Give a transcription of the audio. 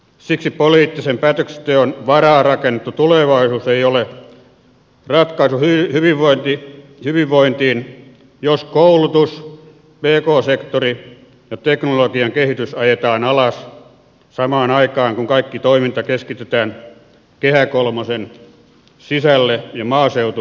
siksi poliittisen päätöksenteon varaan rakennettu tulevaisuus ei ole ratkaisu hyvinvointiin jos koulutus pk sektori ja teknologian kehitys ajetaan alas samaan aikaan kun kaikki toiminta keskitetään kehä kolmosen sisälle ja maaseutu unohdetaan